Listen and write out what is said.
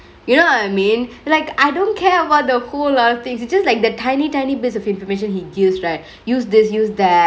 you know what I mean like I don't care about the whole lot of thingks it's just like the tiny tiny bits of information he gives right use this use there